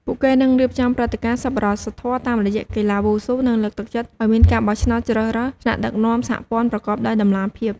ពួកគេនឹងរៀបចំព្រឹត្តិការណ៍សប្បុរសធម៌តាមរយៈកីឡាវ៉ូស៊ូនឹងលើកទឹកចិត្តឲ្យមានការបោះឆ្នោតជ្រើសរើសថ្នាក់ដឹកនាំសហព័ន្ធប្រកបដោយតម្លាភាព។